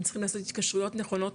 הם צריכים לעשות התקשרויות נכונות,